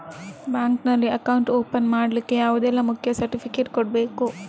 Bank ನಲ್ಲಿ account open ಮಾಡ್ಲಿಕ್ಕೆ ಯಾವುದೆಲ್ಲ ಮುಖ್ಯ ಸರ್ಟಿಫಿಕೇಟ್ ಕೊಡ್ಬೇಕು?